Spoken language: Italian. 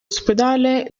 ospedale